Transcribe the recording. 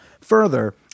Further